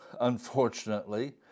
unfortunately